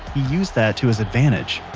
he used that to his advantage.